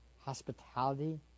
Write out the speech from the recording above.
hospitality